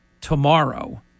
tomorrow